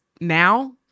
now